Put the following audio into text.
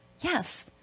Yes